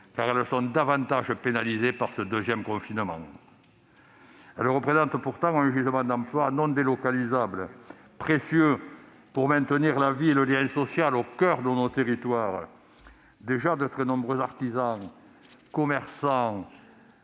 car elles sont davantage pénalisées par le deuxième confinement. Elles représentent pourtant un gisement d'emplois non délocalisables, précieux pour maintenir la vie et le lien social au coeur de nos territoires. Déjà, de très nombreux artisans, commerçants